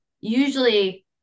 usually